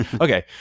Okay